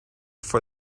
for